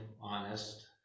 honest